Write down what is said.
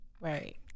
Right